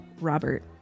Robert